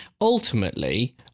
ultimately